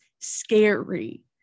scary